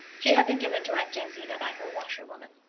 she had been given to aunt jamesina by her washerwoman.